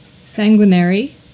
sanguinary